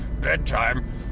bedtime